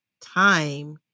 time